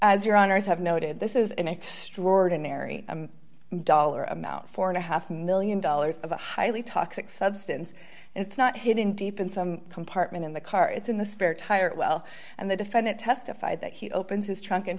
as your honour's have noted this is an extraordinary dollar amount four and a half one million dollars of a highly toxic substance and it's not hidden deep in some compartment in the car it's in the spare tire well and the defendant testify that he opens his trunk and